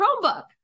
Chromebook